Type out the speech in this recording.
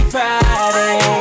Friday